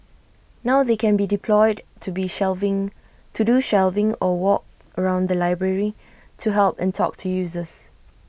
now they can be deployed to be shelving to do shelving or walk around the library to help and talk to users